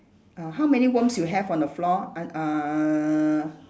uh how many worms you have on the floor uh uh